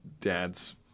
dad's